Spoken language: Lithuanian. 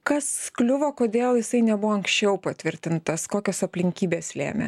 kas kliuvo kodėl jisai nebuvo anksčiau patvirtintas kokios aplinkybės lėmė